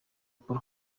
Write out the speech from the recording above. paul